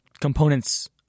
components